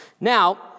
Now